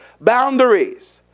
boundaries